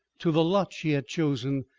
to the lot she had chosen,